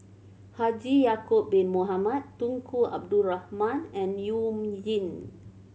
Haji Ya'acob Bin Mohamed Tunku Abdul Rahman and You Jin